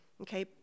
Okay